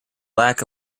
lack